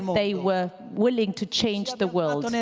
they were willing to change the world. and